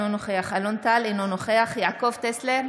אינו נוכח אלון טל, אינו נוכח יעקב טסלר,